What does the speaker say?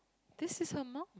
this is her mum